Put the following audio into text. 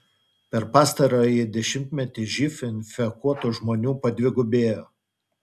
per pastarąjį dešimtmetį živ infekuotų žmonių padvigubėjo